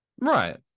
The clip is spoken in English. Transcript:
Right